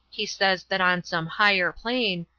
he says that on some higher plane